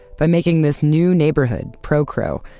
by making this new neighborhood, procro,